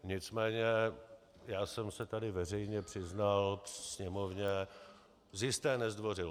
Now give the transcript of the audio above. Nicméně já jsem se tady veřejně přiznal Sněmovně z jisté nezdvořilosti.